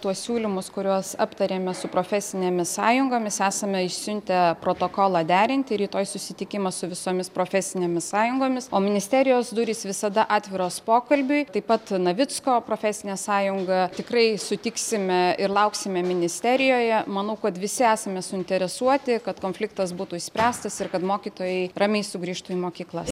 tuos siūlymus kuriuos aptarėme su profesinėmis sąjungomis esame išsiuntę protokolą derinti rytoj susitikimas su visomis profesinėmis sąjungomis o ministerijos durys visada atviros pokalbiui taip pat navicko profesinė sąjunga tikrai sutiksime ir lauksime ministerijoje manau kad visi esame suinteresuoti kad konfliktas būtų išspręstas ir kad mokytojai ramiai sugrįžtų į mokyklas